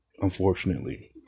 unfortunately